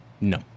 No